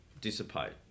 dissipate